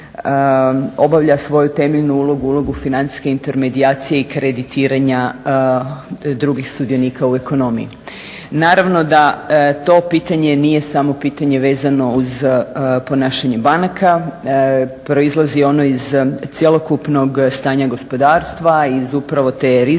obavlja svoju temeljnu ulogu, ulogu financijske intermedijacije i kreditiranja drugih sudionika u ekonomiji. Naravno da to pitanje nije samo pitanje vezano uz ponašanje banaka. Proizlazi ono iz cjelokupnog stanja gospodarstva, iz upravo te rizičnosti,